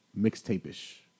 mixtape-ish